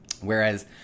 Whereas